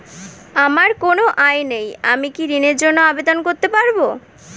আমার কোনো আয় নেই আমি কি ঋণের জন্য আবেদন করতে পারব?